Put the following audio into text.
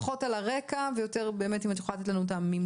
פחות על הרקע ויותר על הממצאים.